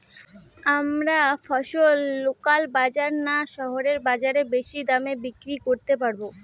আমরা ফসল লোকাল বাজার না শহরের বাজারে বেশি দামে বিক্রি করতে পারবো?